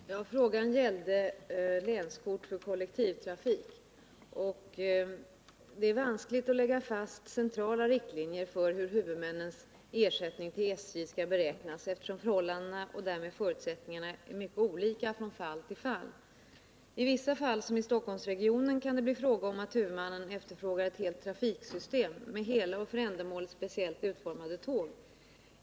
Herr talman! Frågan gällde länskort för kollektivtrafik. Det är vanskligt att lägga fast centrala riktlinjer för hur huvudmännens ersättning till SJ skall beräknas, eftersom förhållandena och därmed förutsättningarna är mycket olika från fall till fall. I vissa fall, som i Stockholmsregionen, kan det bli fråga om att huvudmannen efterfrågar ett helt trafiksystem med hela och för ändamålet speciellt utformade tåg.